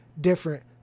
different